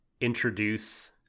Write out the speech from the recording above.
introduce